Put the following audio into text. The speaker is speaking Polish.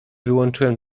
wyłączyłem